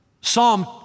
Psalm